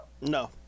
No